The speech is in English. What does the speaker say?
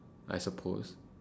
I suppose